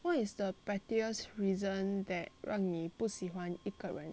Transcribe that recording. what is the pettiest reason that 让你不喜欢一个人